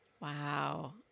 Wow